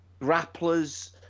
grapplers